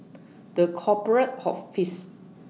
The Corporate Office